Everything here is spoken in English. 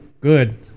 good